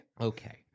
Okay